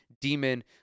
demon